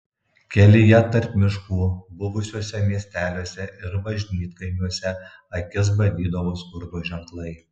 kelyje tarp miškų buvusiuose miesteliuose ir bažnytkaimiuose akis badydavo skurdo ženklai